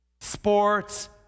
sports